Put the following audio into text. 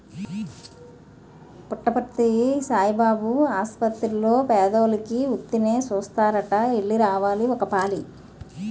పుట్టపర్తి సాయిబాబు ఆసపత్తిర్లో పేదోలికి ఉత్తినే సూస్తారట ఎల్లి రావాలి ఒకపాలి